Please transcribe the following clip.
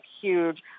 huge